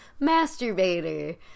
masturbator